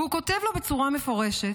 והוא כותב לו בצורה מפורשת: